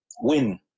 win